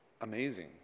Amazing